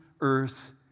earth